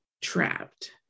trapped